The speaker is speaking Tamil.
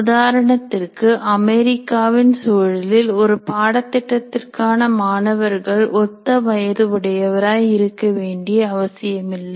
உதாரணத்திற்கு அமெரிக்காவின் சூழலில் ஒரு பாடத்திட்டத்திற்கான மாணவர்கள் ஒத்த வயது உடையவராய் இருக்க வேண்டிய அவசியமில்லை